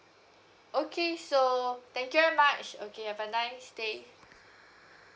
okay so thank you very much okay have a nice day